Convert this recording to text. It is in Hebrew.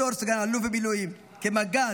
בתור סגן-אלוף במילואים, כמג"ד,